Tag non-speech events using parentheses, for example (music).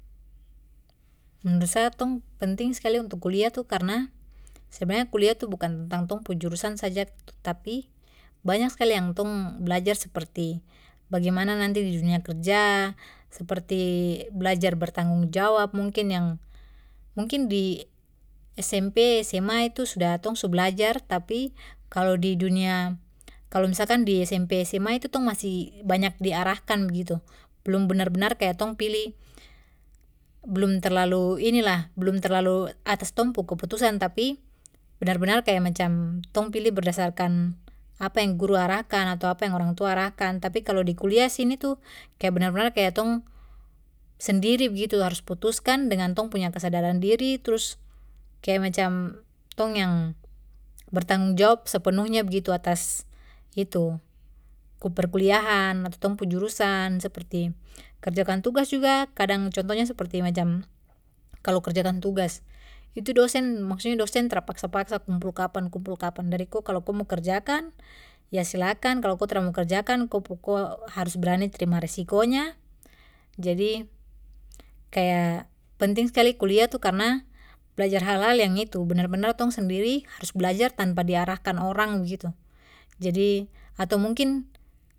(noise) menurut sa tong penting skali untuk kuliah tuh karena sebenarnya kuliah itu bukan tentang tong pu jurusan saja tapi banyak skali yang tong belajar sperti bagaimana nanti di dunia kerja seperti belajar bertanggung jawab mungkin yang mungkin di SMP SMA itu sudah tong su belajar tapi kalo di dunia kalo misalkan di SMP SMA itu tong masih banyak diarahkan begitu belum benar benar kaya tong pilih belum terlalu inilah belum terlalu atas tong pu keputusan tapi benar benar kaya macam tong pilih berdasarkan apa yang guru arahkan atau apa yang orang tua arahkan tapi kalo di kuliah sini tuh kaya benar benar kaya tong sendiri begitu harus putuskan dengan tong pu kesadaran diri trus kaya macam tong yang bertanggung jawab sepenuhnya begitu atas itu perkuliahan atau tong pu jurusan seperti kerjakan tugas juga kadang contohnya seperti macam (noise) kalo kerjakan tugas itu dosen maksudnya dosen tra paksa paksa kumpul kapan kumpul kapan dari ko kalo ko mo kerjakan yah silahkan kalo ko tra mo kerjakan ko pu ko harus berani terima resikonya jadi kaya penting skali kuliah itu karna blajar hal hal yang itu benar benar tong sendiri harus belajar tanpa di arahkan orang begitu jadi atau mungkin